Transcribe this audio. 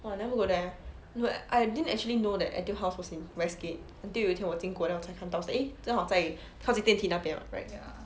!wah! I never go there no I didn't actually know that Etude House was in west gate until 有一天我经过 then 我才看到是 eh 正好在靠近电梯那边 [what] right